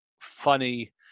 funny